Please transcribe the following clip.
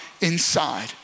inside